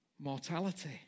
Mortality